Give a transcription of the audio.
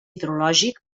hidrològic